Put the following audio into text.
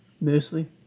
Mostly